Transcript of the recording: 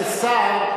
כשר,